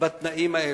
בתנאים האלה.